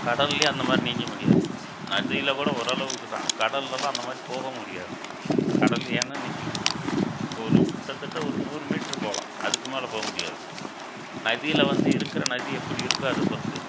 கடல்லேயே அந்த மாதிரி நீஞ்ச முடியாது நதியில் கூட ஒரளவுக்கு தான் கடலெல்லாம் அந்த மாதிரி போக முடியாது கடலில் ஏன்னால் இன்னைக்கு ஒரு கிட்டத்தட்ட ஒரு நூறு மீட்ரு போகலாம் அதுக்கு மேலே போக முடியாது நதியில் வந்து இருக்கிற நதி எப்படி இருக்கோ அதை பொறுத்து